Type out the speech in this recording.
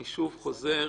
אני שוב חוזר